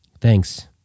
Thanks